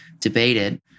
debated